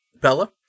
Bella